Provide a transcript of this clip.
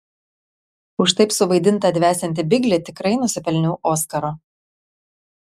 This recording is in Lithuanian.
už taip suvaidintą dvesiantį biglį tikrai nusipelniau oskaro